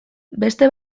beste